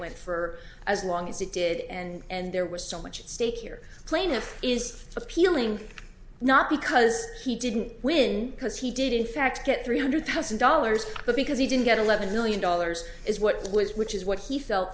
went for as long as it did and there was so much at stake here plaintiff is appealing not because he didn't win because he did in fact get three hundred thousand dollars but because he didn't get eleven million dollars is what it was which is what he felt